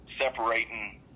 separating